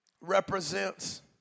represents